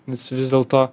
nes vis dėlto